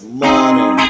money